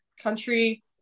country